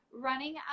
running